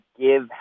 give